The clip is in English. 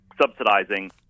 subsidizing